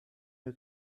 who